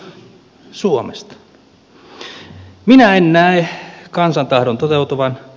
minä en näe kansan tahdon toteutuvan